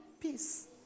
peace